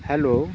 hello